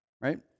Right